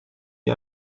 wie